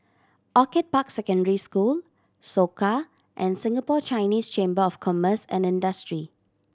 Orchid Park Secondary School Soka and Singapore Chinese Chamber of Commerce and Industry